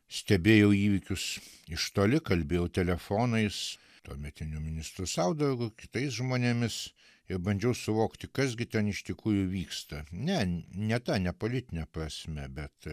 stebėjau įvykius iš toli kalbėjau telefonais tuometiniu ministru saudargu kitais žmonėmis ir bandžiau suvokti kas gi ten iš tikrųjų vyksta ne ne ta ne politine prasme bet